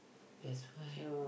that's why